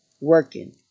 working